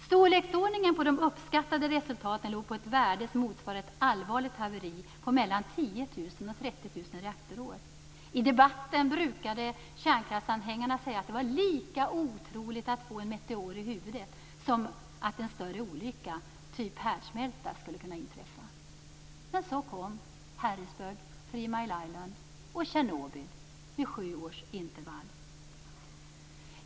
Storleksordningen på de uppskattade resultaten låg på ett värde som motsvarade ett allvarligt haveri på 10 000-30 000 reaktorår. I debatten brukade kärnkraftsanhängarna säga att det var lika otroligt att få en meteor i huvudet som att en större olycka, t.ex. en härdsmälta, skulle kunna inträffa. Så kom Harrisburg, Three Mile Island, och Tjernobyl med sju års intervall.